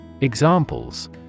Examples